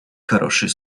хороший